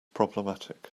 problematic